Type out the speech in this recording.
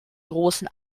großen